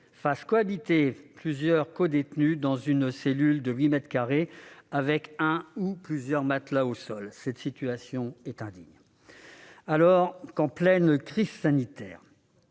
fasse cohabiter plusieurs codétenus dans une cellule de huit mètres carrés, avec un ou plusieurs matelas au sol. Cette situation est indigne. Alors qu'en pleine crise sanitaire,